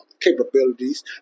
capabilities